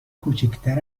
کوچیکتر